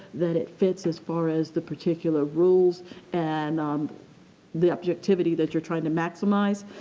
that it fits as far as the particular rules and um the objectivity that you're trying to maximize.